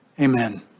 Amen